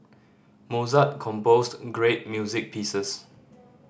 Mozart composed great music pieces